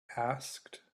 asked